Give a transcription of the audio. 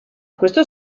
questo